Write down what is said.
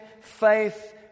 faith